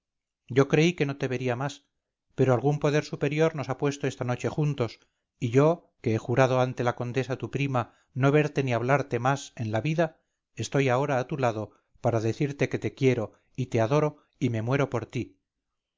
yo creí que no te vería más pero algún poder superior nos ha puesto esta noche juntos y yo que he jurado ante la condesa tu prima no verte ni hablarte más en la vida estoy ahora a tu lado para decirte que te quiero y te adoro y me muero por ti